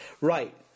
Right